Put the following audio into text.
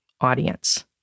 audience